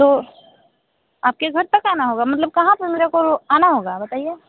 तो आपके घर तक आना होगा मतलब कहाँ पर मेरे को आना होगा बताइए